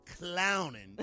clowning